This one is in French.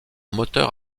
moteur